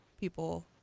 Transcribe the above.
people